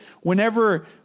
whenever